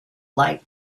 like